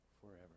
forever